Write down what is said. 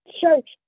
church